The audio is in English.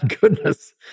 goodness